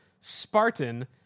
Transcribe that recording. Spartan